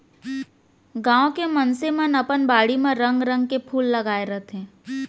गॉंव के मनसे मन अपन बाड़ी म रंग रंग के फूल लगाय रथें